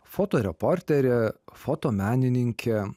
fotoreportere fotomenininke